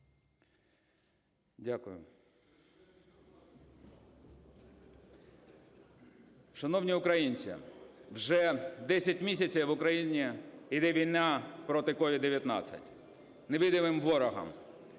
Дякую. Шановні українці, вже 10 місяців в Україні йде війна проти COVID-19 – невидимий ворог.